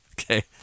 Okay